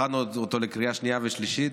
הכנו אותו לקריאה שנייה ושלישית.